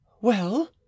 Well